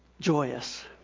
joyous